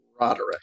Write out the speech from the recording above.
Roderick